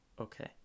Okay